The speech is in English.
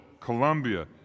Colombia